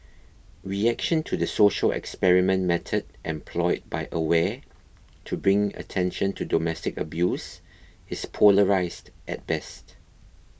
reaction to the social experiment method employed by Aware to bring attention to domestic abuse is polarised at best